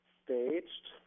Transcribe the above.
staged